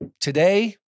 today